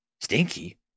Stinky